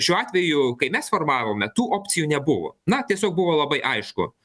šiuo atveju kai mes formavome tų opcijų nebuvo na tiesiog buvo labai aišku